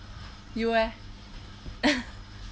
you leh